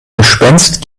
gespenst